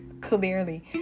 clearly